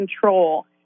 control